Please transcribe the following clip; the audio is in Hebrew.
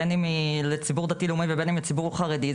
בין אם לציבור דתי לאומי או לציבור חרדי,